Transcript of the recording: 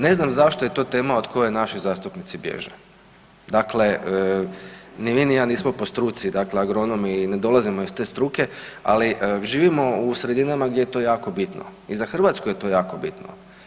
Ne znam zašto je to tema od koje naši zastupnici bježe, dakle ni vi ni ja nismo po struci agronomi i ne dolazimo iz te struke, ali živimo u sredinama gdje je to jako bitno i za Hrvatsku je to jako bitno.